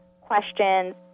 questions